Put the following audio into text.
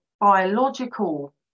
biological